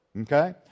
Okay